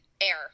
air